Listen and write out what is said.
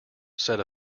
said